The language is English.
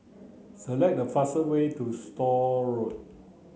select the fastest way to Store Road